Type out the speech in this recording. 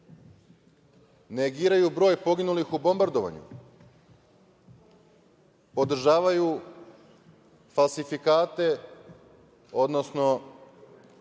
Negiraju broj poginulih u bombardovanju. Podržavaju falsifikate, odnosno